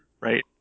Right